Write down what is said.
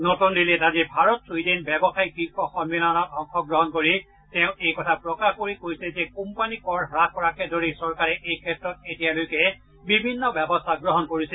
নতুন দিল্লীত আজি ভাৰত ছুইডেন ব্যৱসায়িক শীৰ্ষ সন্মিলনত অংশগ্ৰহণ কৰি তেওঁ এই কথা প্ৰকাশ কৰি কৈছে যে কোম্পানী কৰ হাস কৰাকে ধৰি চৰকাৰে এই ক্ষেত্ৰত এতিয়ালৈকে বিভিন্ন ব্যৱস্থা গ্ৰহণ কৰিছে